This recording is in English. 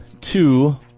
two